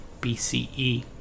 BCE